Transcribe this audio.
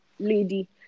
lady